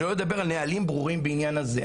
שלא לדבר על נהלים ברורים בעניין הזה.